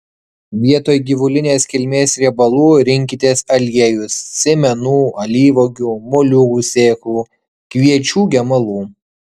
vietoj gyvulinės kilmės riebalų rinkitės aliejus sėmenų alyvuogių moliūgų sėklų kviečių gemalų